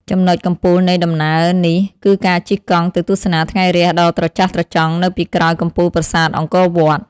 ចំណុចកំពូលនៃដំណើរនេះគឺការជិះកង់ទៅទស្សនាថ្ងៃរះដ៏ត្រចះត្រចង់នៅពីក្រោយកំពូលប្រាសាទអង្គរវត្ត។